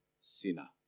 sinner